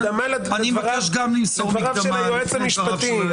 מקדמה לדבריו של היועץ המשפטי.